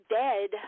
dead